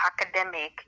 academic